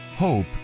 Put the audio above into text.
Hope